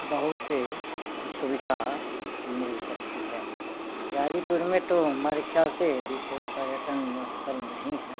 बहुत से सुविधा मिल सकती है ग़ाज़ीपुर में तो हमारे ख्याल से अभी कोई पर्यटन स्थल नहीं है